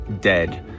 Dead